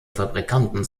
fabrikanten